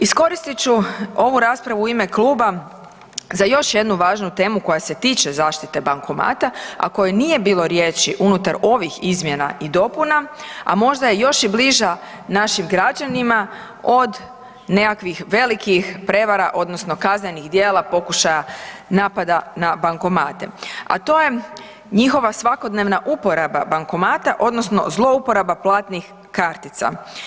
Iskoristit ću ovu raspravu u ime kluba za još jednu važnu temu koja se tiče zaštite bankomata, a o kojoj nije bilo riječi unutar ovih izmjena i dopuna, a možda je još i bliža našim građanima od nekakvih velikih prevara, odnosno kaznenih djela pokušaja napada na bankomate a to je njihova svakodnevna uporaba bankomata, odnosno zlouporaba platnih kartica.